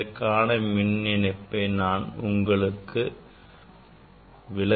இதற்கான மின் இணைப்பை நான் உங்களுக்கு விளக்குகிறேன்